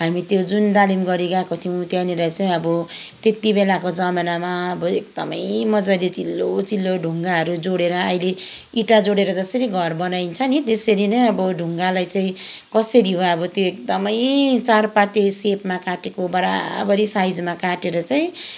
हामी त्यो जुन दालिमगढी गएको थियौँ त्यहाँनिर चाहिँ अब त्यति बेलाको जमानामा अब एकदमै मजाले चिल्लो चिल्लो ढुङ्गाहरू जोडेर अहिले ईटा जोडेर जसरी घर बनाइन्छ नि त्यसरी नै अब ढुङ्गालाई चाहिँ कसरी हो त्यो एकदमै चारपाटे सेपमा काटेको बराबरी साइजमा काटेर चाहिँ